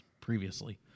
previously